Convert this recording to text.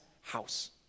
house